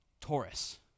Taurus